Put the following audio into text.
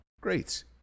great